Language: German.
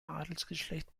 adelsgeschlecht